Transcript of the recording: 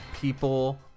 people